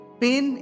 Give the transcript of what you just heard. pain